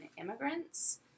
immigrants